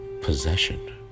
possession